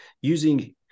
using